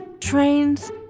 trains